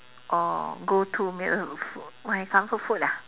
or go to meal food my comfort food ah